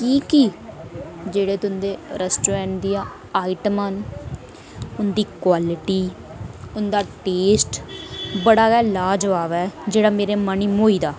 कि के जेहड़े तुं'दे रेस्ट्रोरेंट दियां आइटमां न उंदी क्बालटी उं'दा टेस्ट बड़ा गै लाजवाब ऐ जेहड़ा मेरे मनै गी मोही गेदा